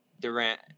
Durant